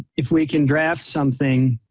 if we can draft something